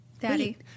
Daddy